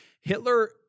Hitler